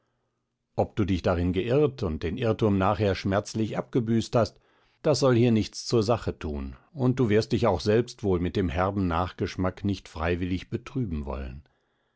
ob du dich darin geirrt und den irrtum nachher schmerzlich abgebüßt hast das soll hier nichts zur sache tun und du wirst dich auch selbst wohl mit dem herben nachschmack nicht freiwillig betrüben wollen